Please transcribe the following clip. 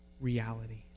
reality